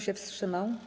się wstrzymał?